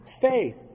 faith